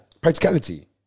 Practicality